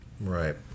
Right